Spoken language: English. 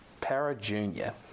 para-junior